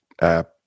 app